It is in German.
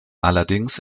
allerdings